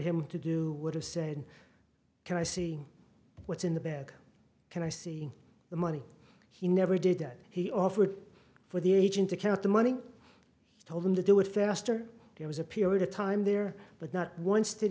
him to do would have said can i see what's in the bag can i see the money he never did that he offered for the agent to count the money told him to do it faster there was a period of time there but not once did